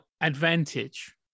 advantage